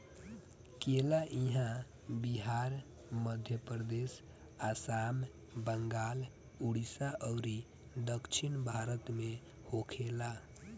केला इहां बिहार, मध्यप्रदेश, आसाम, बंगाल, उड़ीसा अउरी दक्षिण भारत में होखेला